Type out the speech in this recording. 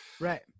right